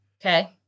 Okay